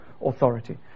authority